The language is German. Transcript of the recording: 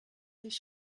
sich